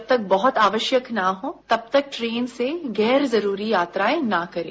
जब तक बहुत आवश्यक न हो तब तक टन से गैर जरूरी यात्राएं न करें